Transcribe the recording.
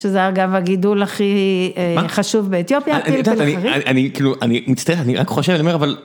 שזה אגב הגידול הכי חשוב באתיופיה, אני כאילו, אני מצטער, אני רק חושב, אני אומר אבל.